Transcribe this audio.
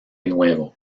nuevo